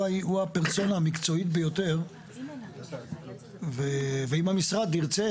הפרסונה המקצועית ביותר ואם המשרד ירצה,